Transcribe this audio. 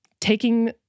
taking